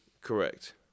Correct